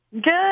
Good